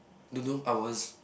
don't know I was